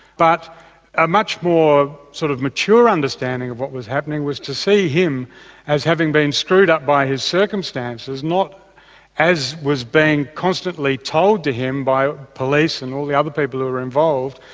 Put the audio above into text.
but a much more sort of mature understanding of what was happening was to see him as having been screwed up by his circumstances, not as was being constantly told to him by police and all the other people who were involved,